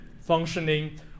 functioning